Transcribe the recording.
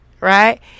right